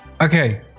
okay